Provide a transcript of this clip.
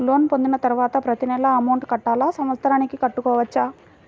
Loan పొందిన తరువాత ప్రతి నెల అమౌంట్ కట్టాలా? సంవత్సరానికి కట్టుకోవచ్చా?